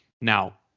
now